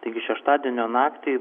taigi šeštadienio naktį